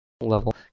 level